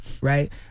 Right